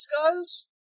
Scuzz